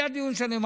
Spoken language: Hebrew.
היה דיון שלם.